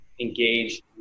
engage